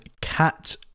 cat